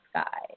sky